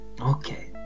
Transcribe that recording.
Okay